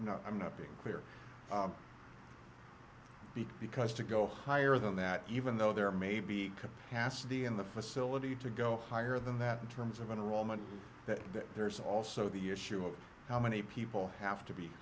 i'm not i'm not being clear big because to go higher than that even though there may be capacity in the facility to go higher than that in terms of going to roll meant that there's also the issue of how many people have to be